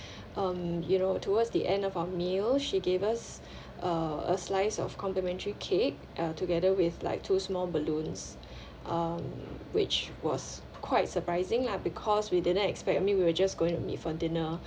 um you know towards the end of our meal she gave us uh a slice of complimentary cake uh together with like two small balloons um which was quite surprising lah because we didn't expect I mean we were just going to meet for dinner